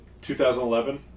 2011